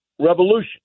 revolution